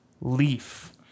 Leaf